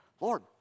Lord